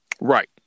Right